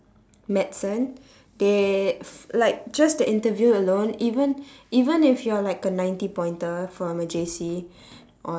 medicine they like just the interview alone even even if you're like a ninety pointer from a J_C or